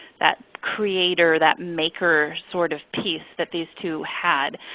that creator, that maker sort of piece that these two had.